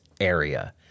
area